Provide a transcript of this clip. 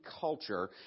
culture